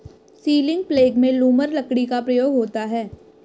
ceiling प्लेग में लूमर लकड़ी का प्रयोग होता है